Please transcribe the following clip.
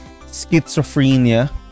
schizophrenia